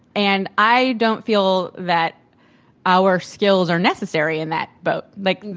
and i don't feel that our skills are necessary in that boat, like,